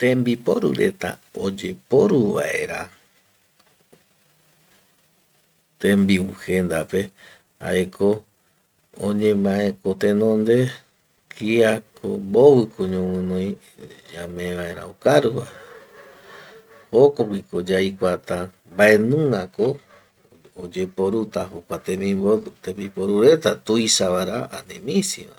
Tembiporu reta oyeporu vaera tembiu jendape jaeko oñemaeko tenonde kiako mboviko ñoguinoi ñame vaera okaruva, jokoguiko yaikuata mbaenungako oyeporuta jokua tembiporu reta tuisavara ani misivara